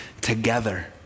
together